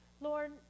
Lord